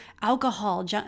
alcohol